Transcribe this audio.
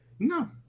No